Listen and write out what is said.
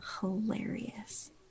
Hilarious